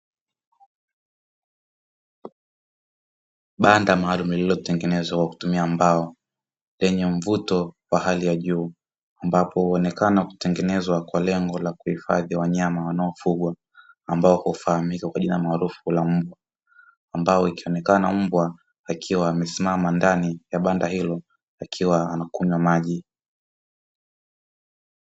Banda maalumu lililotengenezwa kwa kutumia mbao lenye mvuto wa hali ya juu, ambapo huonekana kutengenezwa kwa lengo la kuhifadhi wanyama wanaofugwa ambao hufahamika kwa jina maarufu la mbwa. Ambao ikionekana mbwa akiwa amesimama ndani ya banda hilo akiwa anakunywa maji.